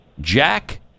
Jack